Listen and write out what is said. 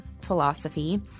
philosophy